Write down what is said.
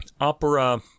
opera